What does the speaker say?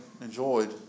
enjoyed